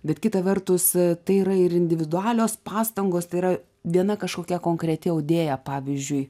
bet kita vertus tai yra ir individualios pastangos tai yra viena kažkokia konkreti audėja pavyzdžiui